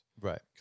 right